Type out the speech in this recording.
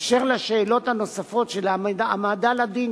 אשר לשאלות הנוספות של העמדה לדין,